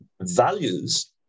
Values